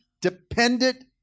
dependent